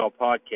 podcast